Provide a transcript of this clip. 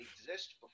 exist